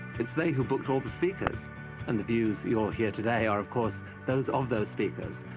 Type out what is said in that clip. it's they who booked all the speakers and the views you'll hear today are of course those of those speakers,